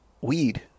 weed